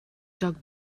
joc